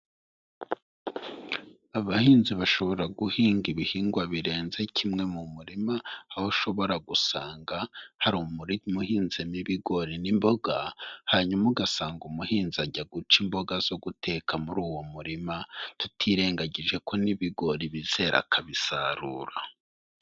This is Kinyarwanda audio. Abahinzi bashobora guhinga ibihingwa birenze kimwe mu murima, aho ushobora gusanga hari umurima uhinzemo ibigori n'imboga, hanyuma ugasanga umuhinzi ajya guca imboga zo guteka muri uwo murima, tutirengagije ko n'ibigori bizera akabisarura.